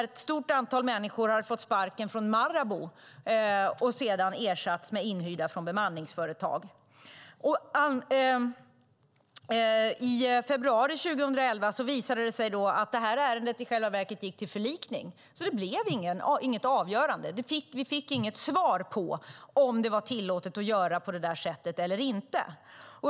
Ett stort antal människor hade fått sparken från Marabou och ersatts med inhyrda från bemanningsföretag. I februari 2011 gick ärendet till förlikning, så det blev inget avgörande i domstol. Vi fick alltså inget svar på om det var tillåtet att göra på detta sätt eller inte.